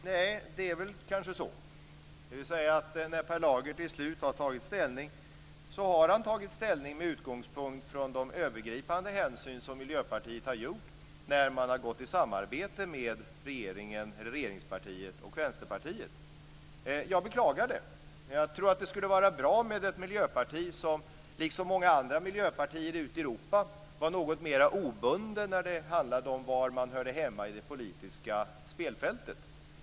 Herr talman! Nej, det är kanske så, dvs. att när Per Lager till slut har tagit ställning så har han tagit ställning med utgångspunkt från de övergripande hänsyn som Miljöpartiet har tagit när man har gått in i ett samarbete med regeringspartiet och Vänsterpartiet. Jag beklagar det. Jag tror att det skulle vara bra med ett miljöparti som, liksom många andra miljöpartier ute i Europa, var något mer obundet när det handlar om var man hör hemma på det politiska spelfältet.